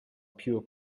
pure